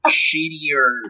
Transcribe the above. shittier